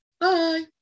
Bye